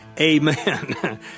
amen